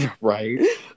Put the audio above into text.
Right